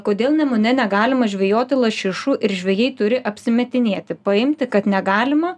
kodėl nemune negalima žvejoti lašišų ir žvejai turi apsimetinėti paimti kad negalima